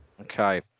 Okay